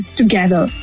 together